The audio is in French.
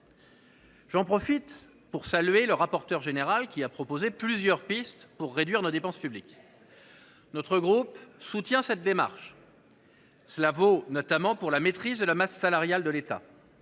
occasion pour saluer M. le rapporteur général, qui a proposé plusieurs pistes pour réduire nos dépenses publiques. Notre groupe soutient cette démarche, notamment s’agissant de la maîtrise de la masse salariale de l’État.